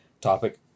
topic